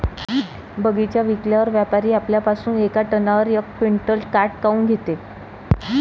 बगीचा विकल्यावर व्यापारी आपल्या पासुन येका टनावर यक क्विंटल काट काऊन घेते?